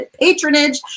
patronage